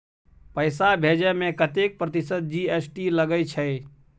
पैसा भेजै में कतेक प्रतिसत जी.एस.टी लगे छै?